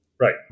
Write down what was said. Right